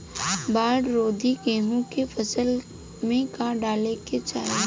बाढ़ रोधी गेहूँ के फसल में का डाले के चाही?